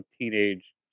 teenage